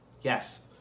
Yes